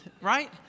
right